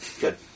Good